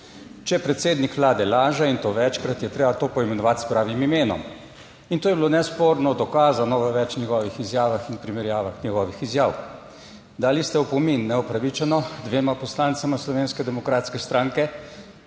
Če predsednik Vlade laže, in to večkrat, je treba to poimenovati s pravim imenom. To je bilo nesporno dokazano v več njegovih izjavah in primerjavah njegovih izjav. Neupravičeno ste dali opomin dvema poslancema Slovenske demokratske stranke,